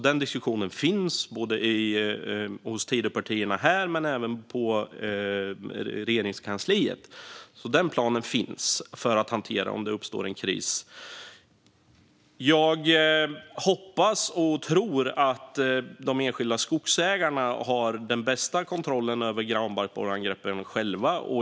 Den diskussionen finns både hos Tidöpartierna och på Regeringskansliet. Det finns en plan för att hantera detta om det uppstår en kris. Jag hoppas och tror att de enskilda skogsägarna själva har den bästa kontrollen över granbarkborreangreppen.